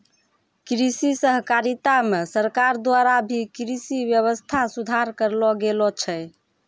कृषि सहकारिता मे सरकार द्वारा भी कृषि वेवस्था सुधार करलो गेलो छै